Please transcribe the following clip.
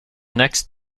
next